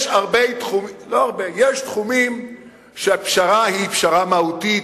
יש תחומים שבהם הפשרה היא פשרה מהותית,